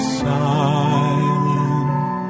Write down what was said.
silent